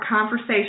conversation